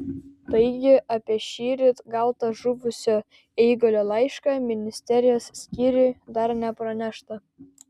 taigi apie šįryt gautą žuvusio eigulio laišką ministerijos skyriui dar nepranešta